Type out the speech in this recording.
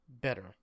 better